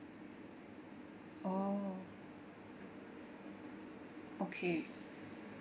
orh okay